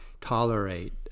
tolerate